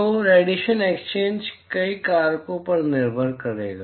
तो radiation exchange कई कारकों पर निर्भर करेगा